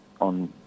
on